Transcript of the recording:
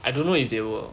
I don't know if they will